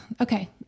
okay